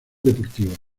deportiva